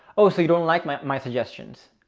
oh, so you don't like my my suggestions.